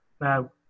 Now